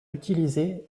utilisé